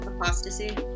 apostasy